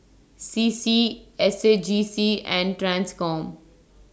C C S A J C and TRANSCOM